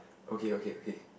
okay okay okay